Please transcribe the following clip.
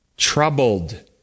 Troubled